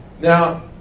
Now